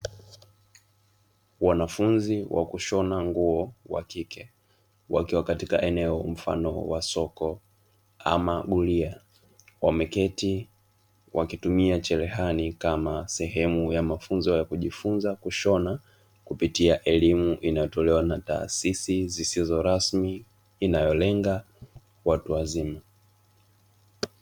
Wanafunzi wa kushona nguo wakike wakiwa katika eneo mfano wa soko ama gulio, wameketi wakitumia cherehani kama sehemu ya mafunzo ya kujifunza kushona kupitia elimu inayotolewa na taasisi zisizo rasmi inayolenga watu wazima.